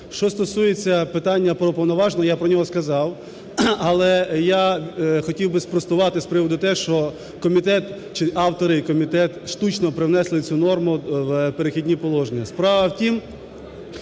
Що стосується питання про повноваження, я про нього сказав. Але я хотів би спростувати з приводу те, що комітет чи автори і комітет штучно привнесли цю норму в "Перехідні положення". Справа в тому,